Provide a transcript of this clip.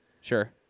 Sure